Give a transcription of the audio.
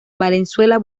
valenzuela